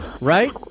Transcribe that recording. Right